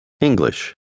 English